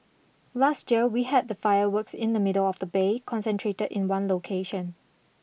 last year we had the fireworks in the middle of the Bay concentrated in one location